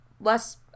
less